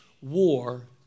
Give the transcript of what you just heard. war